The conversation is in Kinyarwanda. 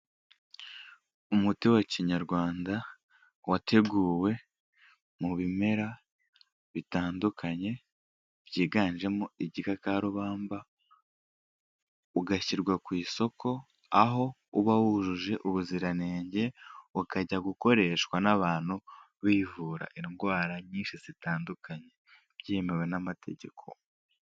Umuti wa kinyarwanda wateguwe mu bimera bitandukanye byiganjemo igikakarubamba, ugashyirwa ku isoko aho uba wujuje ubuziranenge, ukajya gukoreshwa n'abantu bivura indwara nyinshi zitandukanye, byemewe n'amategeko.